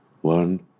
One